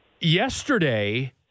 yesterday